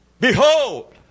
Behold